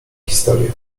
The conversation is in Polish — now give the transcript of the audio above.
historia